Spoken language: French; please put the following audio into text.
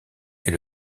est